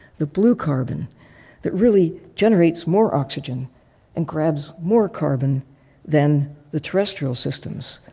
the blue carbon that really generates more ocean and grabs more carbon than the terrestrial systems?